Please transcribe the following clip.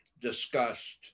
discussed